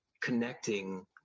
connecting